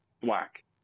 black